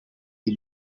iyi